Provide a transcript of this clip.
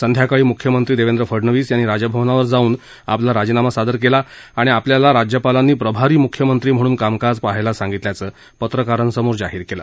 संध्याकाळी मुख्यमंत्री देवेंद्र फडनवीस यांनी राजभवनावर जाऊन आपला राजीनामा सादर केला आणि आपल्याला राज्यपालांनी प्रभारी मुख्यमंत्री म्हणून कामकाज पाहण्यास सांगितल्याचं पत्रकारांसमोर जाहीर केलं